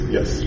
Yes